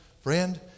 friend